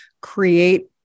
create